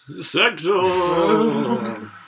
sector